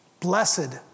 Blessed